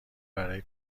برای